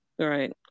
Right